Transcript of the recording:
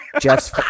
Jeff's